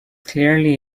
clearly